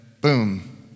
boom